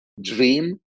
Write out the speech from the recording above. dream